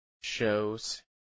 shows